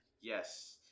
Yes